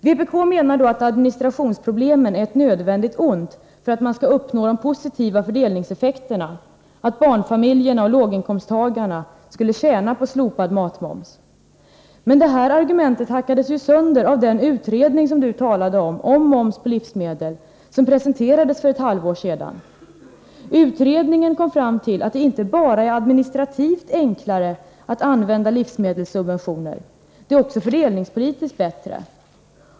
Vpk menar att administrationsproblemen är ett nödvändigt ont för att man skall uppnå de positiva fördelningseffekterna, att barnfamiljerna och låginkomsttagarna skulle tjäna på slopad matmoms. Men detta argument hackades ju sönder av den utredning om moms på livsmedel, som Tommy Franzén talade om och som presenterades för ett halvår sedan. Utredningen kom fram till att det inte bara är administrativt enklare att använda livsmedelssubventioner utan att det också är fördelningspolitiskt bättre.